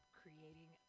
creating